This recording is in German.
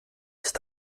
ist